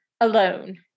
Alone